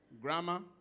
grammar